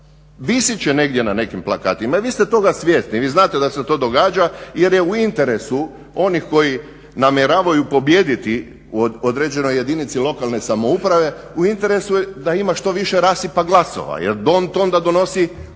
visit će negdje na nekim plakatima. I vi ste toga svjesni vi znate da se to događa jer je u interesu onih koji namjeravaju pobijediti u određenoj jedinici lokalne samouprave u interesu je da ima što više rasipa glasova jer to onda donosi pobjedniku